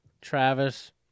Travis